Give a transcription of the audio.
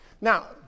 Now